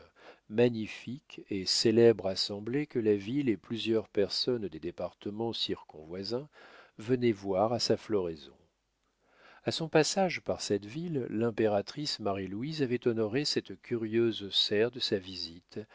magnifique et célèbre assemblée que la ville et plusieurs personnes des départements circonvoisins venaient voir à sa floraison a son passage par cette ville l'impératrice marie-louise avait honoré cette curieuse serre de sa visite